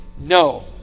No